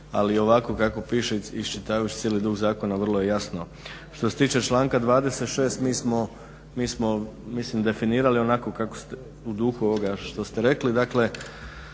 ali ovako kako piše iščitavajući cijeli duh zakona vrlo je jasno. Što se tiče članka 26. mi smo mislim definirali onako kako ste u duhu ovoga što ste rekli.